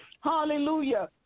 hallelujah